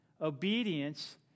obedience